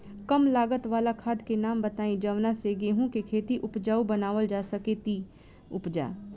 कम लागत वाला खाद के नाम बताई जवना से गेहूं के खेती उपजाऊ बनावल जा सके ती उपजा?